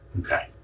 Okay